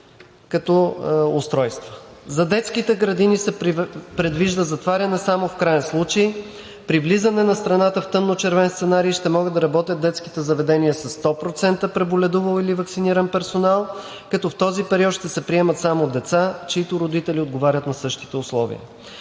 като устройства. За детските градини се предвижда затваряне само в краен случай. При влизане на страната в тъмночервен сценарий ще могат да работят детските заведения със 100% преболедувал или ваксиниран персонал, като в този период ще се приемат само деца, чиито родители отговарят на същите условия.